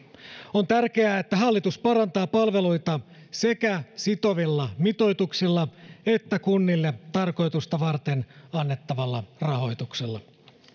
on tärkeää että hallitus parantaa palveluita sekä sitovilla mitoituksilla että kunnille tarkoitusta varten annettavalla rahoituksella